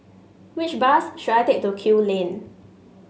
which bus should I take to Kew Lane